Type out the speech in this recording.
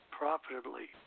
profitably